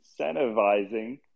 incentivizing